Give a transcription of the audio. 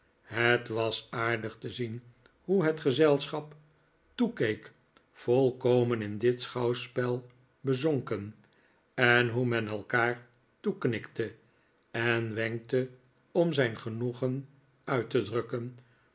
het was aardig te zien hoe het gezelschap toekeek volkomen in dit schouwspel verzonken en hoe men elkaar toeknikte en wenkte om zijn genoegen uit te drukken